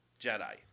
Jedi